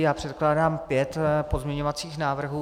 Já předkládám pět pozměňovacích návrhů.